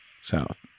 South